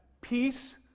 peace